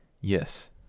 Yes